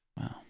Wow